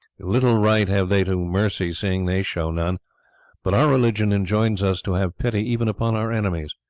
little right have they to mercy seeing they show none but our religion enjoins us to have pity even upon our enemies.